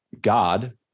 God